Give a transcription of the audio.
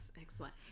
Excellent